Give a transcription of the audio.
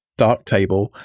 Darktable